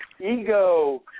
Ego